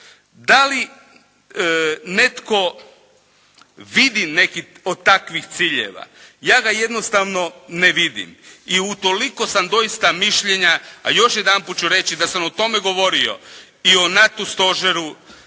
Da li netko vidi neki od takvih ciljeva? Ja ga jednostavno ne vidim. I utoliko sam doista mišljenja, a još jedanput ću reći da sam o tome govorio, i o NATO stožeru